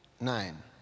nine